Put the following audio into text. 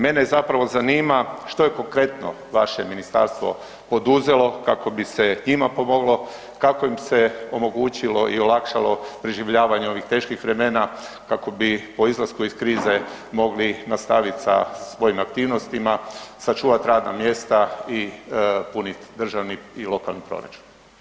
Mene zapravo zanima što je konkretno vaše ministarstvo poduzelo kako bi se njima pomoglo, kako bi im se omogućilo i olakšalo preživljavanje ovih teških vremena, kako bi po izlasku iz krize mogli nastavit sa svojim aktivnostima, sačuvat radna mjesta i punit državni i lokalni proračun?